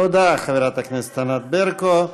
תודה, חברת הכנסת ענת ברקו.